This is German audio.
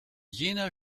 jener